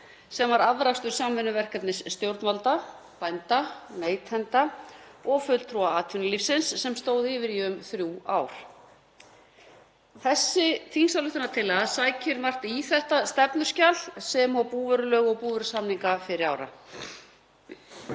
sem var afrakstur samvinnuverkefnis stjórnvalda, bænda, neytenda og fulltrúa atvinnulífsins sem stóð yfir í um þrjú ár. Þessi þingsályktunartillaga sækir margt í þetta stefnuskjal sem og búvörulög og búvörusamninga fyrri ára.